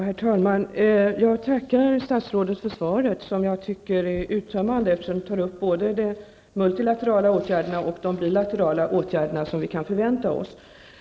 Herr talman! Jag tackar statsrådet för svaret, som jag tycker är uttömmande eftersom det tar upp både de multilaterala åtgärderna och de bilaterala åtgärder som vi kan vänta oss.